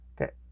okay